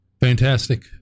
Fantastic